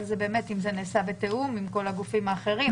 זה נעשה בתיאום עם כל הגופים האחרים.